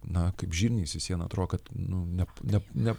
na kaip žirnis į sieną atrodo kad nu ne ne ne